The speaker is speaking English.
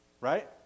Right